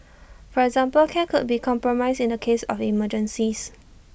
for example care could be compromised in the case of emergencies